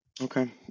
Okay